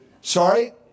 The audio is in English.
Sorry